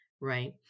right